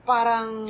parang